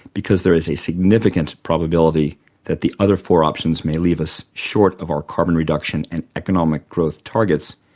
because there is a significant probability that the other four options may leave us short of our carbon reduction and economic growth targets,